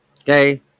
Okay